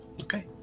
Okay